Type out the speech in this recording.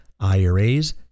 iras